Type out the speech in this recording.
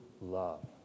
love